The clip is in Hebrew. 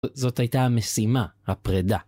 זאת הייתה המשימה - הפרידה.